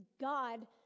God